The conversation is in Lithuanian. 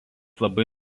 labai